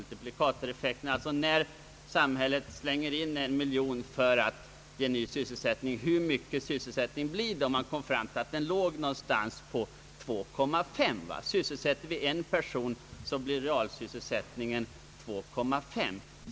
Hur mycket sysselsättning åstadkoms om sambhället satsade ett belopp för att öka sysselsättningen? Man kom fram till att realsysselsättningen blev ungefär 2,5 personer om man skapade primär sysselsättning för en person.